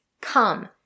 come